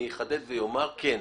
אני אחדד ואומר: כן,